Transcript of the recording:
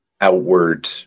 outward